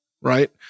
right